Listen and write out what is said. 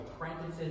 apprentices